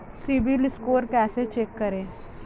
CIBIL score कैसे check करें?